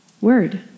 word